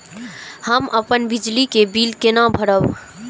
हम अपन बिजली के बिल केना भरब?